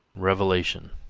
revelation,